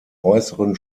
äußeren